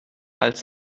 als